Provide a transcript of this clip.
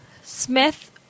Smith